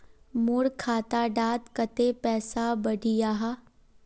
मोर खाता डात कत्ते पैसा बढ़ियाहा?